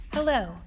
Hello